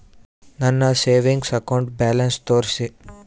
ನನ್ನ savings account balance ತೋರಿಸಿ?